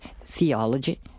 theology